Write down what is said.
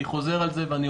אני חוזר על זה ואומר: